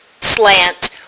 slant